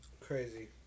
crazy